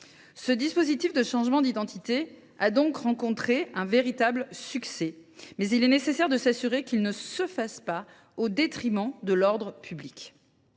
Ce dispositif de changement d’identité a donc rencontré un véritable succès. Néanmoins, il est nécessaire de s’assurer qu’il ne se fasse pas au détriment de l’ordre public.